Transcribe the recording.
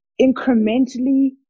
incrementally